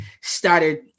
started